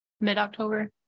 Mid-October